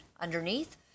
underneath